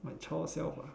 my child self ah